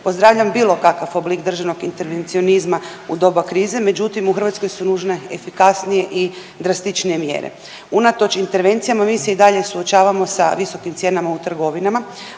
Pozdravljam bilo kakav oblik državnog intervencionizma u doba krize, međutim u Hrvatskoj su nužne efikasnije i drastičnije mjere. Unatoč intervencijama mi se i dalje suočavamo sa visokim cijenama u trgovinama,